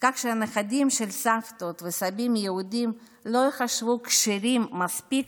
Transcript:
כך שנכדים של סבתות וסבים יהודים לא ייחשבו כשרים מספיק